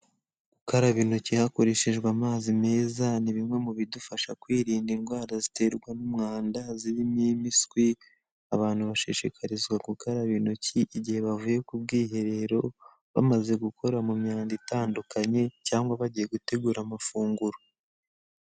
Gukaraba intoki hakoreshejwe amazi meza ni bimwe mu bidufasha kwirinda indwara ziterwa n'umwanda zirimo impiswi, abantu bashishikarizwa gukaraba intoki igihe bavuye ku bwiherero, bamaze gukora mu myanda itandukanye cyangwa bagiye gutegura amafunguro.